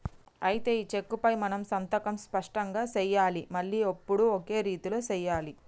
అయితే ఈ చెక్కుపై మనం సంతకం స్పష్టంగా సెయ్యాలి మళ్లీ ఎప్పుడు ఒకే రీతిలో సెయ్యాలి